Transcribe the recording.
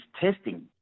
testing